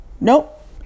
Nope